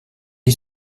est